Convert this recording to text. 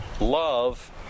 love